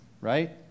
right